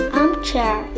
armchair